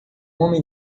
homem